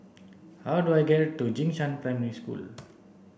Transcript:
how do I get to Jing Shan Primary School